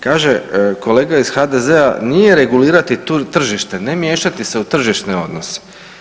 Kaže kolega iz HDZ-a nije regulirati tržite, ne miješati se u tržišne odnose.